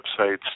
websites